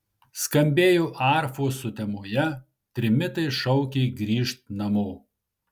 skambėjo arfos sutemoje trimitai šaukė grįžt namo